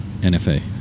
NFA